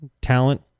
talent